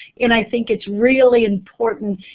and i think it's really important,